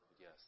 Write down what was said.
Yes